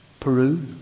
Peru